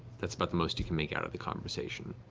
that's about the most you can make out of the conversation.